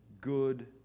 good